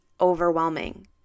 overwhelming